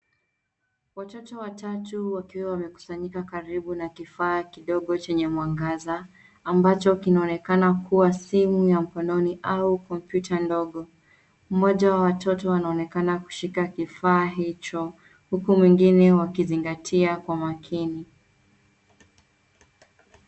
Watoto watatu wakiwa wamekusanyika karibu na kifaa kidogo chenye mwangaza ambacho kinaonekana kuwa simu ya mkononi au kompyuta ndogo. Mmoja wa watoto anaonekana kushika kifaa hicho huku wengine wakizingatia kwa makini.